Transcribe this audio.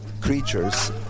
creatures